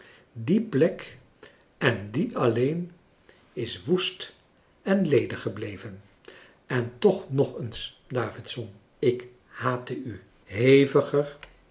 die plek en die alleen is woest en ledig gebleven en toch nog eens davidson ik haatte u heviger